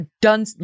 done